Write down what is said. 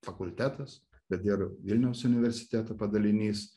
fakultetas bet ir vilniaus universiteto padalinys